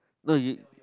no you